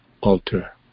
altar